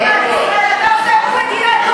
אני לא יכול לעשות איפה ואיפה.